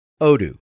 odoo